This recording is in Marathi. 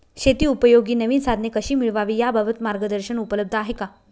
शेतीउपयोगी नवीन साधने कशी मिळवावी याबाबत मार्गदर्शन उपलब्ध आहे का?